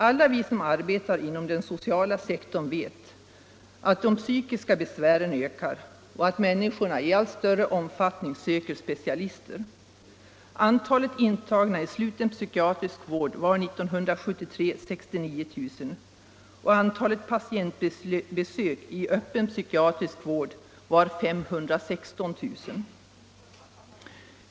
Alla vi som arbetar inom den sociala sektorn vet att de psykiska besvären ökar och att människor i allt större omfattning söker specialister. Antalet intagna i sluten psykiatrisk vård år 1973 var 69 000, och antalet patientbesök i öppen psykiatrisk vård var 516 000.